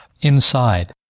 inside